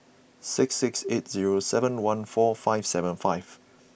six six eight zero seven one four five seven five